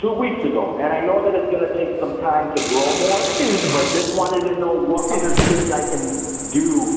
two weeks ago. and i know that it's gonna take some time to grow more. dude. but just wanted to know what other tips i can do,